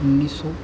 उन्नीस सौ